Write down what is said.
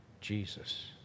Jesus